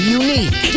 unique